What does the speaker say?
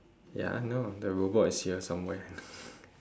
ya I know the robot is here somewhere